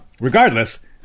regardless